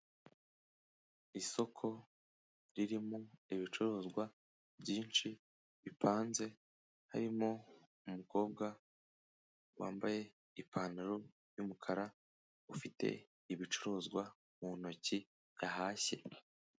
Isoko ririmo ibicuruzwa byinshi bipanze harimo umukobwa wambaye ipantaro y'umukara ufite ibicuruzwa mu ntoki yahashye.